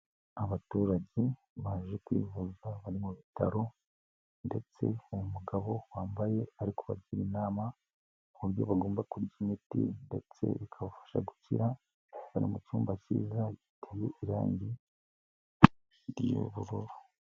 Abaturage baje kwivuza bari mu bitaro ndetse hari umugabo wambaye, ari kubagira inama kuburyo bagomba kurya imiti ndetse bikabafasha gukira, bari mu cyumba cyiza giteye irangi ry'ubururu.